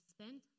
Spend